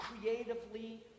creatively